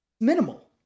minimal